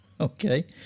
Okay